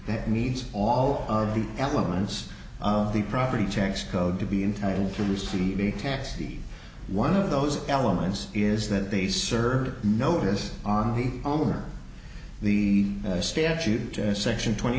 that needs all of the elements of the property tax code to be entitle to receive the tax be one of those elements is that they serve notice on the owner the statute section twenty